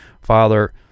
Father